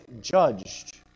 judged